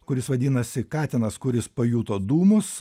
kuris vadinasi katinas kuris pajuto dūmus